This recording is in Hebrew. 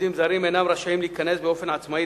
עובדים זרים אינם רשאים להיכנס באופן עצמאי